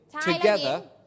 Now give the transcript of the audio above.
together